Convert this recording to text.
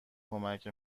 کمک